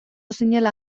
zinela